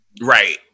Right